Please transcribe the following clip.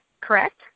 correct